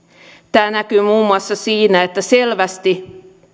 tämä näkyy muun muassa siinä että selvästi